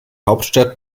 hauptstadt